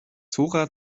zora